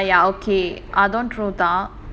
ah ya ya okay err don't throw down